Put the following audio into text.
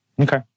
okay